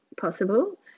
possible